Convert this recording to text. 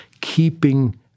Keeping